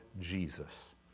Jesus